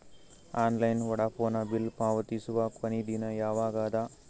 Online Vodafone bill ಪಾವತಿಸುವ ಕೊನಿ ದಿನ ಯವಾಗ ಅದ?